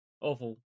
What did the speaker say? Awful